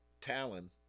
talon